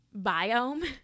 biome